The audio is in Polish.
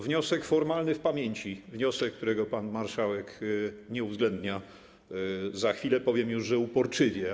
Wniosek formalny w pamięci, wniosek, którego pan marszałek nie uwzględnia, za chwilę powiem już: uporczywie.